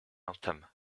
entame